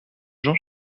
jean